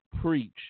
Preach